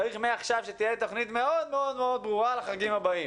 צריך מעכשיו שתהיה תכנית מאוד מאוד ברורה לחגים הבאים